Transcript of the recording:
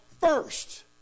first